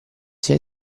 sia